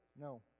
No